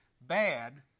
bad